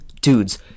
dudes